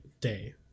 day